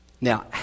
Now